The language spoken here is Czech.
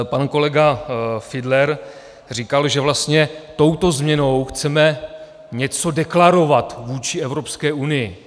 Pan kolega Fiedler říkal, že vlastně touto změnou chceme něco deklarovat vůči Evropské unii.